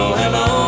hello